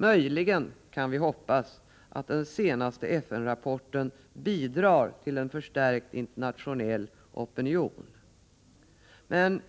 Möjligen kan vi hoppas att den senaste FN-rapporten bidrar till en förstärkt internationell opinion.